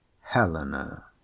helena